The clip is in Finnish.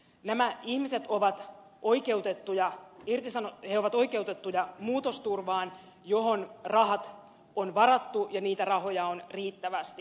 nämä ihmiset ovat oikeutettuja muutosturvaan johon rahat on varattu ja niitä rahoja on riittävästi